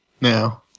No